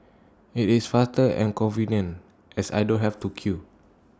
IT is faster and convenient as I don't have to queue